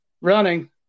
running